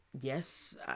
yes